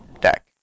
deck